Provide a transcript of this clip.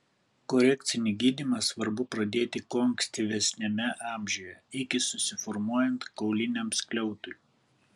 korekcinį gydymą svarbu pradėti kuo ankstyvesniame amžiuje iki susiformuojant kauliniam skliautui